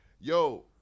yo